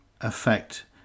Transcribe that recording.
affect